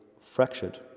fractured